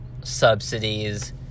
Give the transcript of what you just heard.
subsidies